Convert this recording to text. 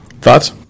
Thoughts